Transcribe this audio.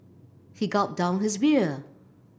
he gulped down his beer